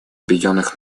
объединенных